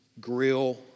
grill